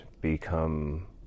become